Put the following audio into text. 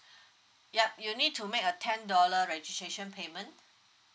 yup you need to make a ten dollar registration payment